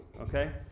okay